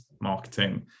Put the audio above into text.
marketing